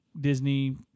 Disney